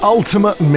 Ultimate